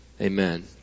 Amen